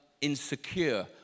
insecure